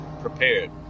prepared